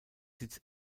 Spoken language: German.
sitz